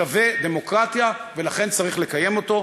שווה דמוקרטיה,